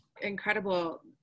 incredible